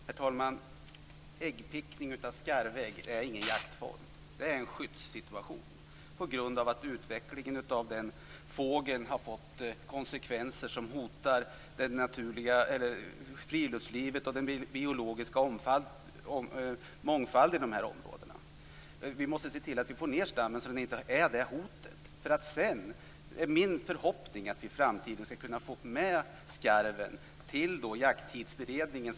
Herr talman! Prickning av skarvägg är ingen jaktform. Det råder en skyddssituation på grund av att utvecklingen av den fågelstammen har fått konsekvenser som hotar friluftslivet och den biologiska mångfalden i de här områdena. Vi måste se till att vi får ned stammen så att den inte utgör ett hot. Det är min förhoppning att vi i framtiden skall få med skarven i Jakttidsberedningen.